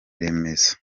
remezo